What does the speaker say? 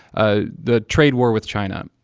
ah the trade war with china.